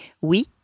Oui